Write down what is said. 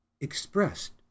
expressed